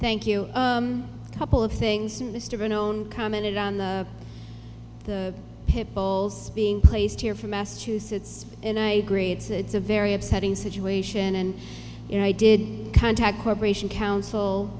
thank you couple of things mr unknown commented on the pit bulls being placed here for massachusetts and i agree it's a very upsetting situation and you know i did contact corporation counsel